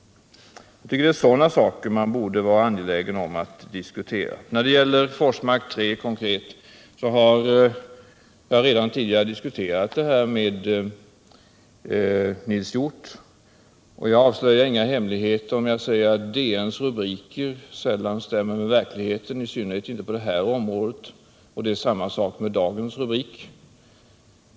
Det är sådana frågor man borde vara angelägen om att diskutera Jag har redan tidigare diskuterat Forsmark 3 med Nils Hjorth. Jag avslöjar inga hemligheter om jag säger att DN:s rubriker sällan stämmer med verkligheten, i synnerhet inte på detta område. Det gäller även dagens rubrik.